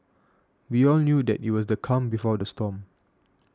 we all knew that it was the calm before the storm